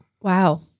Wow